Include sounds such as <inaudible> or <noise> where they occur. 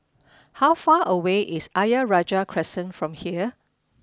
<noise> how far away is Ayer Rajah Crescent from here